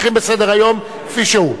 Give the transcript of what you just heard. בסדר-היום כפי שהוא.